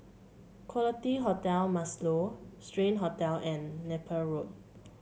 Quality Hotel Marlow Strand Hotel and Napier Road